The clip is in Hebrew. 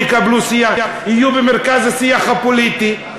יהיו במרכז השיח הפוליטי?